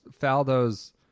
Faldo's